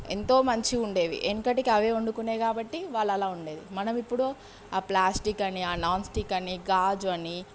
ఎంతో మంచిగా ఉండేవి వెనుకటికి అవే వండుకునే కాబట్టి వాళ్ళు అలా ఉండేది మనం ఇప్పుడు ఆ ప్లాస్టిక్ అని ఆ నాన్ స్టిక్ అని గాజు అని